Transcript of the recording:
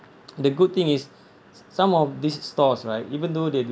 the good thing is some of these stores right even though they